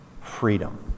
freedom